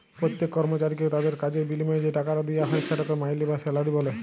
প্যত্তেক কর্মচারীকে তাদের কাজের বিলিময়ে যে টাকাট দিয়া হ্যয় সেটকে মাইলে বা স্যালারি ব্যলে